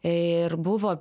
ir buvo